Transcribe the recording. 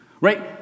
right